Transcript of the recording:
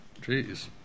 Jeez